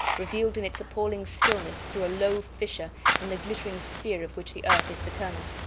revealed in its appalling stillness through a low fissure in the glittering sphere of which the earth is the kernel.